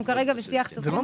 אנחנו כרגע בשיח.